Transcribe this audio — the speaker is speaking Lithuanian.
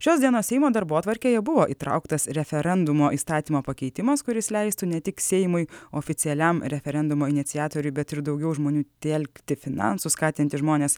šios dienos seimo darbotvarkėje buvo įtrauktas referendumo įstatymo pakeitimas kuris leistų ne tik seimui oficialiam referendumo iniciatoriui bet ir daugiau žmonių telkti finansų skatinti žmones